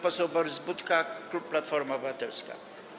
Poseł Borys Budka, klub Platforma Obywatelska.